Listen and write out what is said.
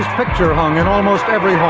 picture hung in almost every home.